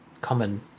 common